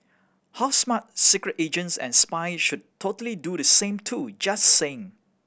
how smart secret agents and spies should totally do the same too just saying